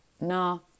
No